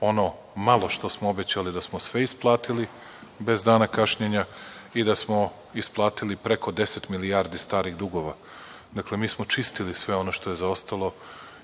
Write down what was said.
ono malo što smo obećali, da smo sve isplatili bez dana kašnjenja i da smo isplatili preko 10 milijardi starih dugova. Dakle, mi smo čistili sve ono što je zaostalo